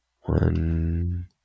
One